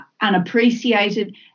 unappreciated